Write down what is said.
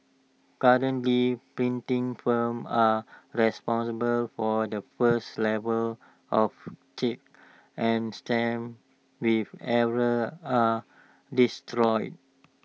currently printing firms are responsible for the first level of checks and stamps with errors are destroyed